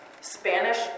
Spanish